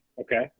Okay